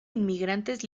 inmigrantes